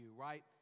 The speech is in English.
right